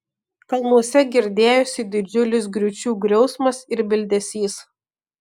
kalnuose girdėjosi didžiulis griūčių griausmas ir bildesys